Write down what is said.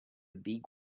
big